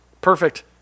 Perfect